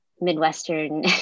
Midwestern